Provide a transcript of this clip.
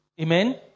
Amen